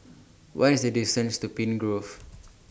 What IS The distance to Pine Grove